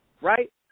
right